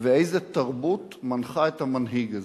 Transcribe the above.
ואיזו תרבות מנחים את המנהיג הזה.